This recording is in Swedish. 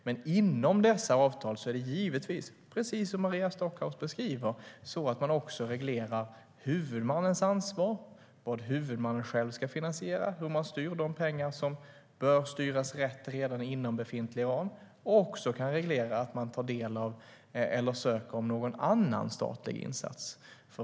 Men inom dessa avtal är det givetvis, precis som Maria Stockhaus beskriver, så att man också reglerar huvudmannens ansvar, vad huvudmannen själv ska finansiera, hur man styr de pengar som bör styras rätt redan inom befintlig ram eller söka från någon annan statlig instans.